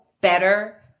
better